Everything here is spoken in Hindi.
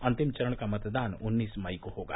अंतिम चरण का मतदान उन्नीस मई को होगा